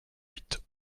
huit